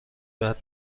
بعد